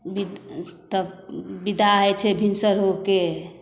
तब बिदा होइ छै भिनसर होके